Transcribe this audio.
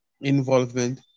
involvement